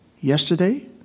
yesterday